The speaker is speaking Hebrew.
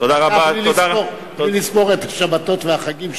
בלי לספור את השבתות והחגים שהוספתי.